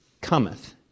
cometh